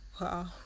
Wow